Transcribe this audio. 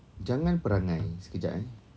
jangan perangai sekejap eh